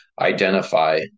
identify